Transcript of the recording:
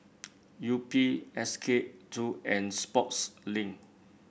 Yupi S K two and Sportslink